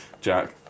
Jack